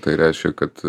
tai reiškia kad